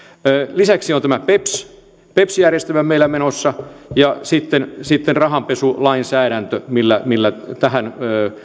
lisäksi on tämä pep järjestelmä meillä menossa ja sitten sitten rahanpesulainsäädäntö millä millä tähän